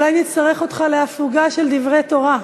אולי נצטרך אותך להפוגה של דברי תורה,